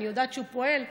אני יודעת שהוא פועל,